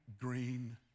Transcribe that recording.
green